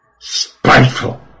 Spiteful